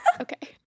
Okay